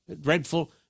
dreadful